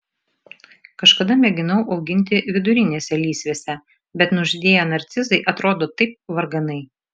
kažkada mėginau auginti vidurinėse lysvėse bet nužydėję narcizai atrodo taip varganai